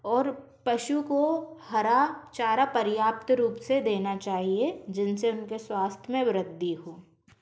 और पशु को हरा चारा पर्याप्त रूप से देना चाहिए जिनसे उनके स्वास्थ्य में वृद्धि हो